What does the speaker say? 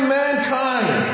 mankind